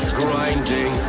grinding